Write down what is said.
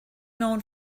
known